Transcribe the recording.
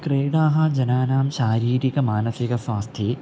क्रीडाः जनानां शारीरिकमानसिकस्वास्थ्ये